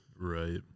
Right